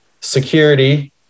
security